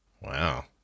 Wow